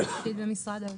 המשפטית במשרד האוצר.